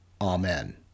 Amen